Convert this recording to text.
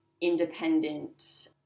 independent